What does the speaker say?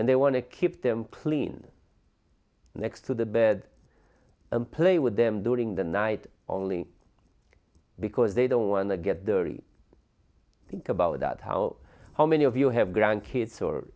and they want to keep them clean next to the bed and play with them during the night only because they don't want to get their think about that how how many of you have grandkids or